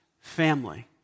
family